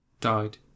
Died